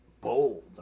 bold